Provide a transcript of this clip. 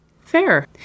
fair